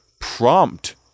prompt